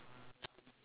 oh is it